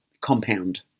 compound